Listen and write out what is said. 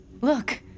Look